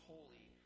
Holy